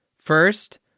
First